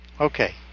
Okay